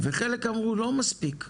וחלק אמרו: "לא מספיק".